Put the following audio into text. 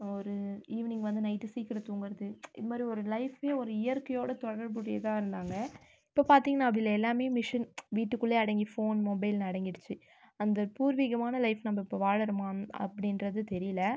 ஒரு ஈவனிங் வந்து நைட் சீக்கிரோம் தூங்குறது இது மாதிரி ஒரு லைஃப்லயும் ஒரு இயற்கையோட தொடர்புடையதாக இருந்தாங்கள் இப்போ பார்த்திங்கனா அப்படி இல்லை எல்லாமே மிஷின் வீட்டுக்குள்ளே அடங்கி ஃபோன் மொபைல்னு அடங்கிடுச்சு அந்த பூர்வீகமான லைஃப் நம்ம இப்போ வாழ்றமா அப்படின்றது தெரியல